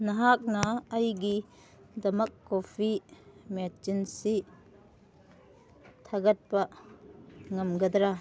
ꯅꯍꯥꯛꯅ ꯑꯩꯒꯤꯗꯃꯛ ꯀꯣꯐꯤ ꯃꯦꯆꯤꯟꯁꯤ ꯊꯥꯒꯠꯄ ꯉꯝꯒꯗ꯭ꯔ